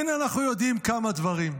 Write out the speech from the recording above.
והינה אנחנו יודעים כמה דברים.